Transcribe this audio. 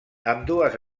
ambdues